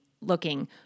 looking